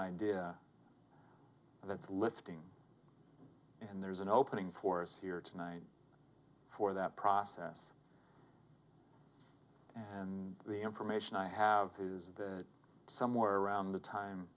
idea that lifting in there's an opening for us here tonight for that process and the information i have is somewhere around the time